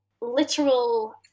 literal